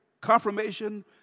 confirmation